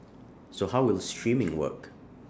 so how will streaming work